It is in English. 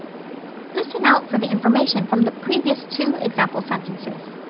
listen out for the information from the previous two example sentences.